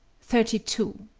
thirty two.